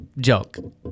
joke